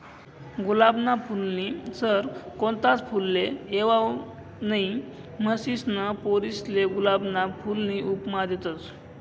गुलाबना फूलनी सर कोणताच फुलले येवाऊ नहीं, म्हनीसन पोरीसले गुलाबना फूलनी उपमा देतस